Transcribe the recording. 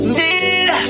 need